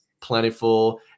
plentiful